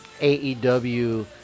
AEW